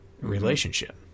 relationship